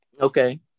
Okay